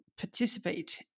participate